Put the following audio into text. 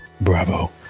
Bravo